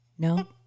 No